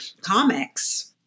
comics